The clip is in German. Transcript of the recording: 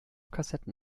kassetten